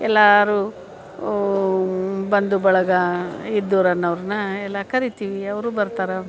ಎಲ್ಲರೂ ಬಂಧುಬಳಗ ಇದ್ದೂರನ್ನು ಅವ್ರನ್ನ ಎಲ್ಲ ಕರೀತೀವಿ ಅವರು ಬರ್ತಾರೆ